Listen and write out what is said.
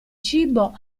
cibo